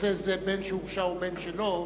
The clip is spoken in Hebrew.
בנושא זה, "בין שהורשע ובין שלא"